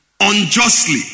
unjustly